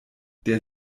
der